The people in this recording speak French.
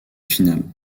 finale